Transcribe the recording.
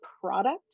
product